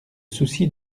souci